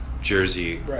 Jersey